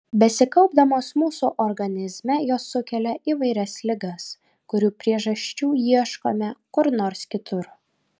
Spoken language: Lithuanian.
besikaupdamos mūsų organizme jos sukelia įvairias ligas kurių priežasčių ieškome kur nors kitur